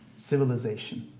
civilization,